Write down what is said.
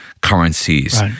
currencies